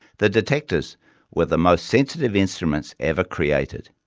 the detectors were the most sensitive instruments ever created,